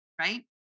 right